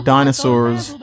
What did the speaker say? Dinosaurs